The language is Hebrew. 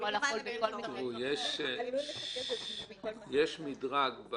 יש מדרג,